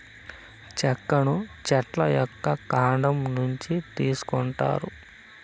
చెక్కను చెట్ల యొక్క కాండం నుంచి తీసుకొంటారు